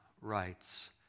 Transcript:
writes